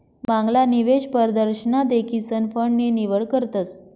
मांगला निवेश परदशन देखीसन फंड नी निवड करतस